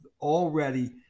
already